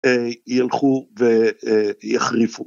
ילכו ויחריפו.